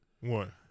One